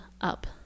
up